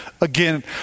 Again